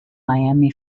miami